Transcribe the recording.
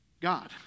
God